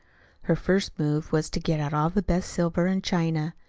her first move was to get out all the best silver and china.